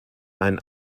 ein